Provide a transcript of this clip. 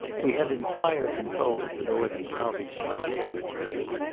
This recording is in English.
we had entire control of the northern counties and of their returns.